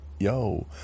yo